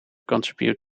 contribute